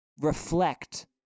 Reflect